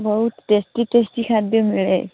ବହୁତ tasty tasty ଖାଦ୍ୟ ମିଳେ